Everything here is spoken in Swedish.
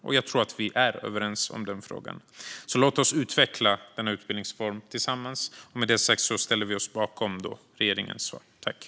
Jag tror också att vi är överens om den frågan. Låt oss utveckla denna utbildningsform tillsammans! Med det sagt ställer vi oss bakom regeringens svar.